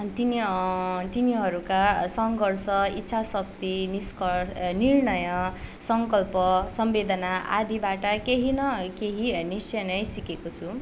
अन् तिनी तिनीहरूका सङ्घर्ष इच्छा शक्ति निस्क निर्णय सङ्कल्प संवेदना आदिबाट केही न केही निश्चय नै सिकेको छु